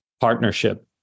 partnership